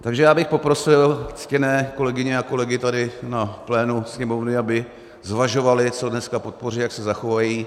Takže já bych poprosil ctěné kolegyně a kolegy tady na plénu Sněmovny, aby zvažovali, co dneska podpoří, jak se zachovají.